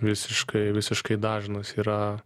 visiškai visiškai dažnas yra